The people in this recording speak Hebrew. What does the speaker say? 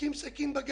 שתוקעים סכין בגב